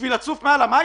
בשביל לצוף מעל המים.